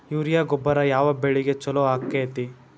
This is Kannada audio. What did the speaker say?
ಯೂರಿಯಾ ಗೊಬ್ಬರ ಯಾವ ಬೆಳಿಗೆ ಛಲೋ ಆಕ್ಕೆತಿ?